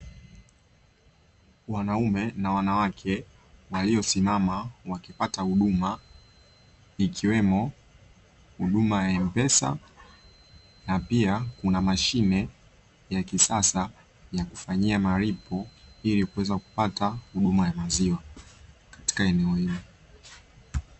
Wanaume na wanawake waliosimama wakipata huduma, ikiwemo huduma ya "M-pesa" na pia kuna mashine ya kisasa ya kufanyia malipo ili kuweza kupata huduma ya maziwa katika eneo hilo.